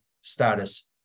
status